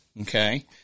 Okay